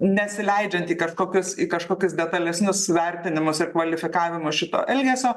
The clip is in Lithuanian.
nesileidžiant į kažkokius į kažkokius detalesnius vertinimus ir kvalifikavimo šito elgesio